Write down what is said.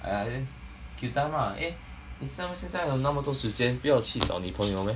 !aiya! then kill time ah eh 你那么现在有那么多时间不要去找女朋友 meh